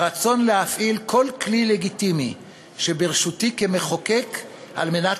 הרצון להפעיל כל כלי לגיטימי שברשותי כמחוקק על מנת